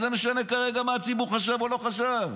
מה זה משנה כרגע מה הציבור חשב או לא חשב.